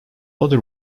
other